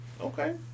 Okay